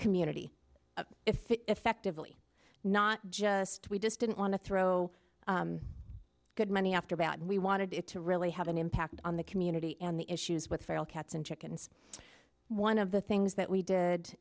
community if it effectively not just we just didn't want to throw good money after bad we wanted it to really have an impact on the community and the issues with feral cats and chickens one of the things that